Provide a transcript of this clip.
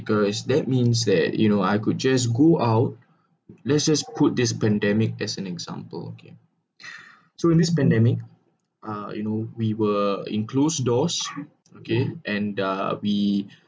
girl is that means that you know I could just go out let's just put this pandemic as an example okay so in this pandemic uh you know we were in closed doors okay and uh we